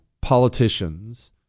politicians